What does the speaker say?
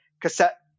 cassette